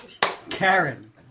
Karen